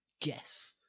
guess